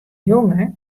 jonge